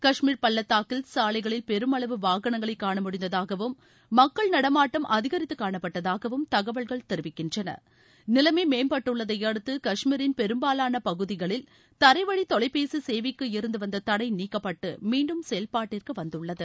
காஷ்மீர் பள்ளத்தாக்கில் சாலைகளில் பெருமளவு வாகனங்களை காணமுடிந்ததாகவும் மக்கள் நடமாட்டம் அதிகரித்து காணப்பட்டதாகவும் தகவல்கள் தெரிவிக்கின்றன நிலைமை மேம்பட்டுள்ளதை அடுத்து காஷ்மீரின் பெரும்பாவான பகுதிகளில் தரைவழி தொலைபேசி சேவைக்கு இருந்து வந்த தடை நீக்கப்பட்டு மீண்டும் செயல்பாட்டிற்கு வந்துள்ளது